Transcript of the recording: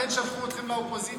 לכן שלחו אתכם לאופוזיציה.